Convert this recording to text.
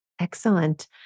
Excellent